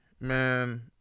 man